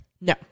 No